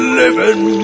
living